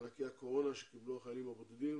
מענקי הקורונה שקיבלו החיילים הבודדים.